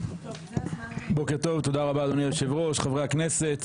בוקר טוב, תודה רבה אדוני היושב ראש, חברי הכנסת.